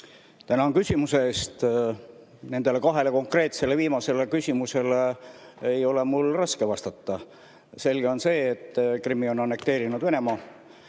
Tänan küsimuse eest! Nendele kahele viimasele küsimusele ei ole mul raske vastata. Selge on see, et Krimmi on annekteerinud Venemaa